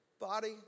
body